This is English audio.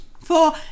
Four